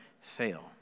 fail